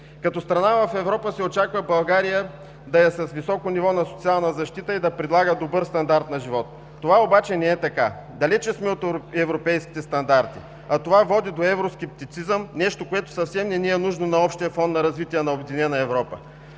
Като страна в Европа се очаква България да е с високо ниво на социална защита и да предлага добър стандарт на живот. Това обаче не е така. Далече сме от европейските стандарти, а това води до евроскептицизъм – нещо, което съвсем не ни е нужно на общия фон на развитие на обединена Европа.